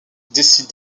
décide